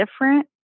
different